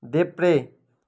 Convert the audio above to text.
देब्रे